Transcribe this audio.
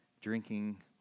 drinking